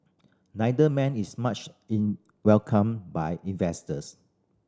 neither man is much in welcomed by investors